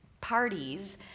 parties